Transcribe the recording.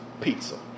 pizza